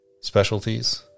specialties